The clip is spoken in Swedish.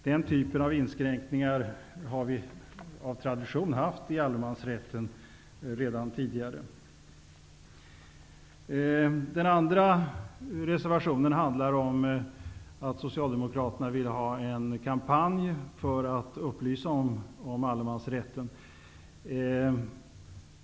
Den typen av inskränkningar har vi av tradition haft i allemansrätten redan tidigare. Den andra reservationen handlar om att Socialdemokraterna vill ha en kampanj till försvar för allemansrätten.